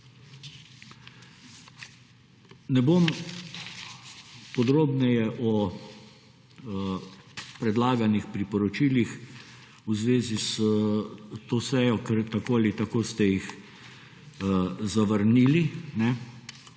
Ne bom podrobneje o predlaganih priporočilih v zvezi s to sejo, ker tako ali tako ste jih zavrnili.